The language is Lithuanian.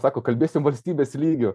sako kalbėsim valstybės lygiu